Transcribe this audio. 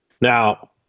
Now